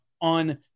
on